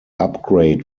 upgrade